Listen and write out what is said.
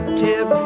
tip